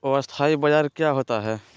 अस्थानी बाजार क्या होता है?